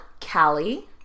Callie